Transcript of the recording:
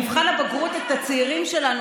שהעמדנו למבחן הבגרות את הצעירים שלנו